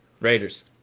Raiders